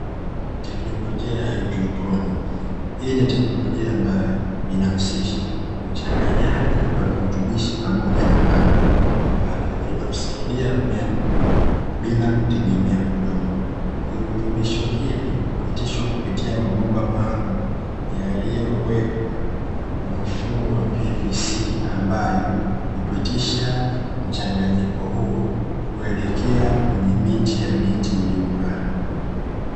Teknolojia ya haidroponi hii ni teknolojia ambayo inahusisha uchanganyaji wa virutubishi pamoja na maji, ambavyo vinausaidia mmea kukua bila kutegemea udongo, virutubisho hivi hupitishwa kupitia mabomba maalumu yaliyowekwa kwa mfumo wa pvc, ambayo hupitisha mchanganyiko huo kuelekea kwenye miche ya miti iliyopandwa.